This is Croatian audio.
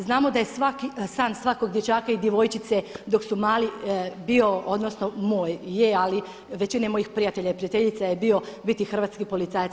Znamo da je san svakog dječaka i djevojčice dok su mali bio odnosno moj je, ali većine mojih prijatelja i prijateljica je bio biti hrvatski policajac.